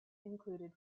included